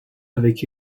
avec